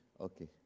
Okay